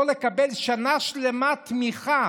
שלא יקבלו שנה שלמה תמיכה